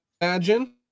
imagine